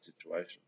situation